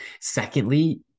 Secondly